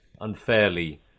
unfairly